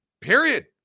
Period